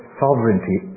sovereignty